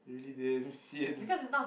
really damn sian